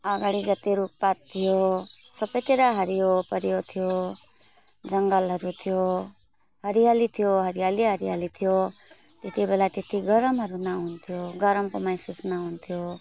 अगाडि जत्ति रुखपात थियो सबैतिर हरियोपरियो थियो जङ्गलहरू थियो हरियाली थियो हरियाली हरियाली थियो त्यति बेला त्यत्ति गरमहरू न हुन्थ्यो गरमको महसुस न हुन्थ्यो